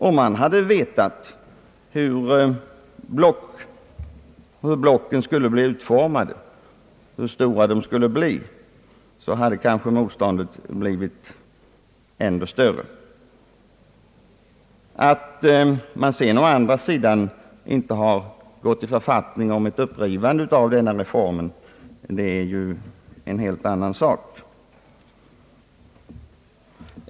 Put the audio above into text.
Om man hade vetat hur blocken skulle bli utformade, hur stora de skulle bli, hade kanske motståndet varit ännu större. Att man sedan inte krävt ett upprivande av denna reform är en helt annan sak.